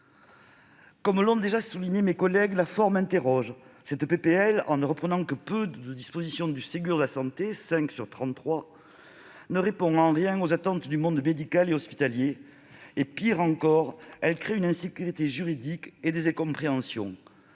Comme l'ont déjà souligné mes collègues, la forme interroge. Cette proposition de loi, en ne reprenant que peu des dispositions du Ségur de la santé- cinq sur trente-trois -, ne répond en rien aux attentes du monde médical et hospitalier. Pire encore, elle crée une insécurité juridique et des incompréhensions.